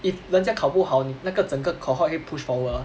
if 人家考不好你那个整个 cohort 会 push forward lor